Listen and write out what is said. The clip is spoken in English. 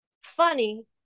funny